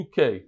UK